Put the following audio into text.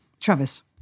Travis